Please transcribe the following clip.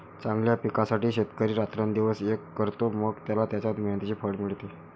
चांगल्या पिकासाठी शेतकरी रात्रंदिवस एक करतो, मग त्याला त्याच्या मेहनतीचे फळ मिळते